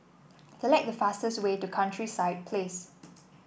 select the fastest way to Countryside Place